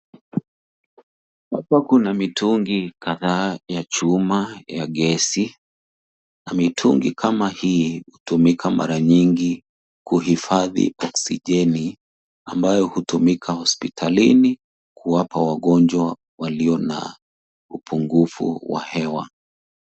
Hapo kuna mitungi kadhaa ya chuma ya gesi. Mitungi kama hii hutumika mara nyingi kuhifadhi oksijeni ambayo hutumika hospitalini kuwapa wagonjwa walio na upungufu wa hewa.